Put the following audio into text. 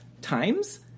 times